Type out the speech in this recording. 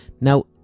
now